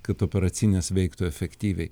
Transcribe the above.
kad operacinės veiktų efektyviai